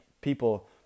people